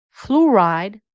Fluoride